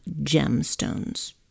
gemstones